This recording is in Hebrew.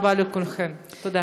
תודה רבה לכולכם, תודה.